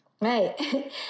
Right